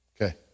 Okay